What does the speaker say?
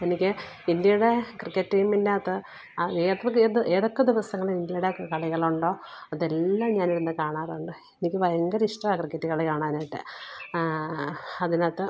എനിക്ക് ഇന്ത്യയുടെ ക്രിക്കറ്റ് ടീമീന്റെ അകത്ത് ആ ഏത് ഏത് ഏതൊക്കെ ദിവസങ്ങൾ ഇന്ത്യയുടെ കളികളുണ്ടോ അതെല്ലാം ഞാൻ ഇരുന്ന് കാണാറുണ്ട് എനിക്ക് ഭയങ്കര ഇഷ്ടമാണ് ക്രിക്കറ്റ് കളി കാണാനായിട്ട് അതിനകത്ത്